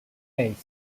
eight